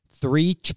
Three